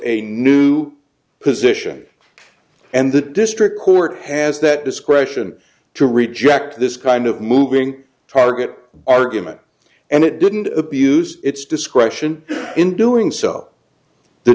a new position and the district court has that discretion to reject this kind of moving target argument and it didn't abuse its discretion in doing so the